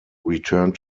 returned